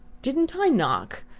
didn't i knock?